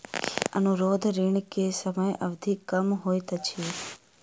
अनुरोध ऋण के समय अवधि कम होइत अछि